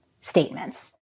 statements